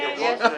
כן, יש.